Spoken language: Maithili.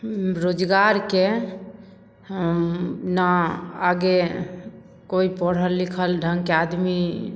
रोजगारके नहि आगे कोइ पढ़ल लिखल ढङ्गके आदमी